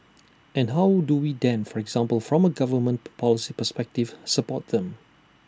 and how do we then for example from A government policy perspective support them